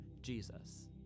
Jesus